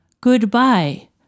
Goodbye